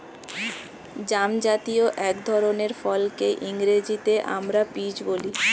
জামজাতীয় এক ধরনের ফলকে ইংরেজিতে আমরা পিচ বলি